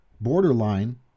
borderline